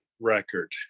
record